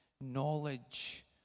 knowledge